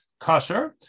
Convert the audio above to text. Kasher